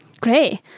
Great